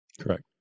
Correct